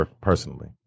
personally